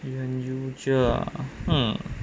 unusual ah hmm